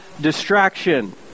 distraction